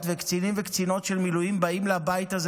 וקצינים וקצינות של מילואים באים לבית הזה,